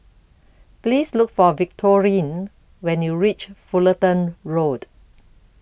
Please Look For Victorine when YOU REACH Fullerton Road